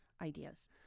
ideas